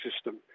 system